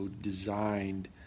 designed